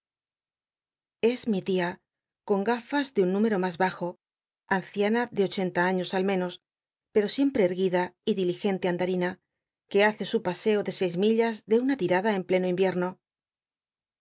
es mi t ia con gafas de un númeto mas bajo anciana de ochenta años al menos pero siempre erguida y diligente andmina que hace su paseo de seis millas de una li rada en pleno imierno